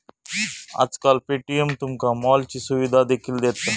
आजकाल पे.टी.एम तुमका मॉलची सुविधा देखील दिता